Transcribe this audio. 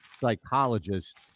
psychologist